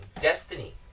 destiny